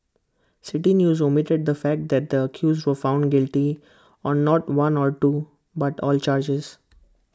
City News omitted the fact that the accused were found guilty on not one or two but all charges